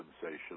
sensation